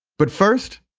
but first,